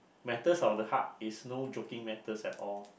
matters of the heart is no joking matter at all